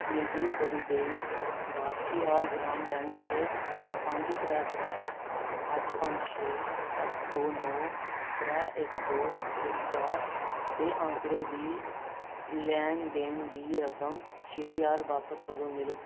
मिगी पुडुवई भारथियार ग्राम बैंक च पंज त्रै त्रै अट्ठ पंज छे सत्त दो नौ त्रै इक दो इक चार दे आंकड़ें दी लैन देन दी रकम छे ज्हार रपेऽ बापस कदूं मिलग